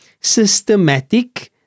systematic